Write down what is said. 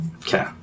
Okay